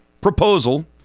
proposal